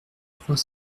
trois